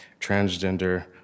transgender